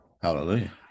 hallelujah